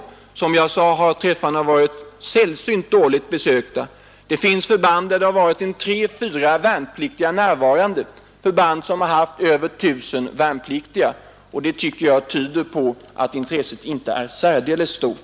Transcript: Som jag sade har träffarna varit sällsynt dåligt besökta. Det finns förband med över 1 000 värnpliktiga där endast några få varit närvarande. Det tycker jag tyder på att intresset inte är särdeles stort.